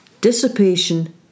Dissipation